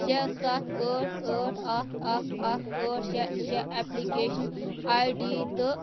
شےٚ ستھ ٲٹھ ٲٹھ اکھ اکھ اکھ ٲٹھ شےٚ شےٚ ایپلِکیشن آٮٔی ڈی تہٕ